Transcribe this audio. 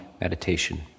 meditation